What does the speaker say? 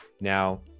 Now